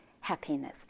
happiness